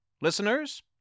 listeners